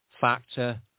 factor